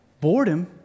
Boredom